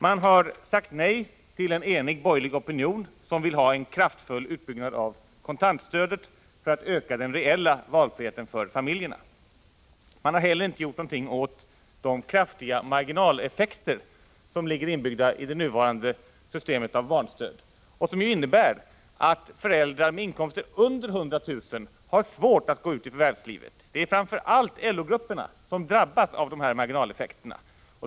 Man har sagt nej till en enig borgerlig opinion som vill ha en 31 kraftfull utbyggnad av kontantstödet för att öka den reella valfriheten för familjerna. Man har inte heller gjort någonting åt de kraftiga marginaleffekter som ligger inbyggda i det nuvarande systemet och som innebär att den andra föräldern i familjer med inkomster under 100 000 kr. har svårt att gå ut i förvärvslivet. Det är framför allt LO-grupperna som drabbas av dessa marginaleffekter.